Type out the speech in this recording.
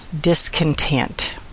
discontent